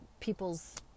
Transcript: people's